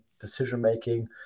decision-making